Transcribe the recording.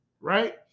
right